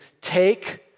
take